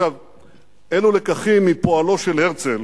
אילו לקחים מפועלו של הרצל